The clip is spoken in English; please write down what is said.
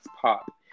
pop